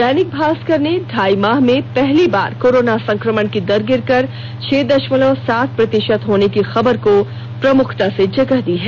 दैनिक भास्कर ने ढ़ाई माह में पहली बार कोरोना संकमण की दर गिरकर छह दशमलव सात प्रतिशत होने की खबर को प्रमुखता से जगह दी है